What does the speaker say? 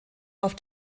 auf